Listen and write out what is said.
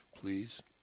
please